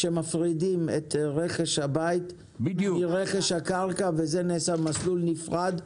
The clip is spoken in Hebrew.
שמפרידים את רכש הבית מרכש הקרקע וזה נעשה במסלול בנפרד.